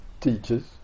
teachers